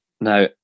Now